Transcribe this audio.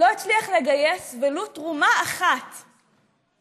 לא הצליח לגייס ולו תרומה אחת מישראלים.